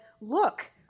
look